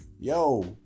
Yo